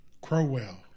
Crowell